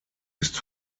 ist